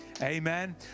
Amen